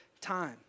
time